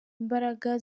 imbaraga